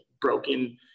broken